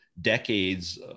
decades